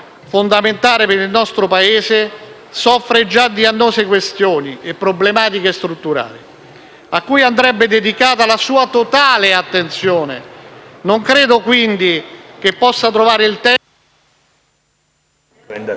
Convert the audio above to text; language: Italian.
fondamentale per il nostro Paese, soffre già di annose questioni e problematiche strutturali, a cui andrebbe dedicata la sua totale attenzione. Non credo, quindi, che possa trovare il tempo